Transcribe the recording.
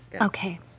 Okay